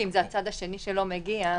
אם זה הצד השני שלא מגיע.